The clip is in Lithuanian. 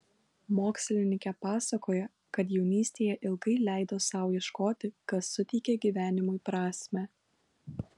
mokslininkė pasakoja kad jaunystėje ilgai leido sau ieškoti kas suteikia gyvenimui prasmę